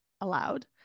allowed